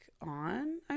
on